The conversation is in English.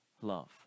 love